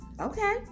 Okay